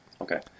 Okay